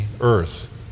earth